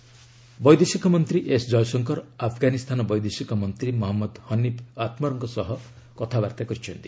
ଜୟଶଙ୍କର ହନିଫ୍ ଆତମର୍ ବୈଦେଶିକ ମନ୍ତ୍ରୀ ଏସ୍ ଜୟଶଙ୍କର ଆଫ୍ଗାନିସ୍ତାନ ବୈଦେଶିକ ମନ୍ତ୍ରୀ ମହମ୍ମଦ ହନିଫ୍ ଆତମର୍ଙ୍କ ସହ କଥାବାର୍ତ୍ତା କରିଛନ୍ତି